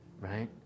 right